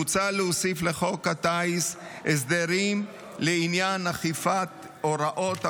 מוצע להוסיף לחוק הטיס הסדרים לעניין אכיפת ההוראות המוצעות,